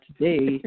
today